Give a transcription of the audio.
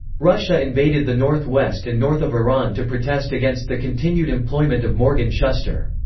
russia invaded the north west and north of iran to protest against the continued employment of morgan shuster.